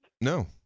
No